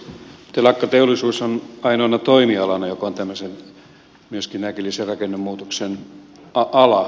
telakkateollisuus on ainoana toimialana tämmöisen äkillisen rakennemuutoksen ala